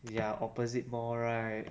ya opposite mall right